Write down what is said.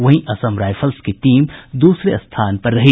वहीं असम रायफल्स की टीम दूसरे स्थान पर रही